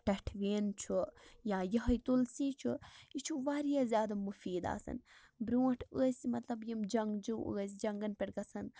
ٹٮ۪ٹھوٮ۪ن چھُ یا یِہوے تُلسی چھُ یہِ چھُ واریاہ زیادٕ مُفیٖد آسان برونٹھ ٲسۍ مطلب یِم جِنگ جوٗ ٲسۍ جَنگَس پٮ۪ٹھ گژھان